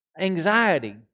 anxiety